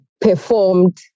performed